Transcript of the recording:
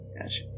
Gotcha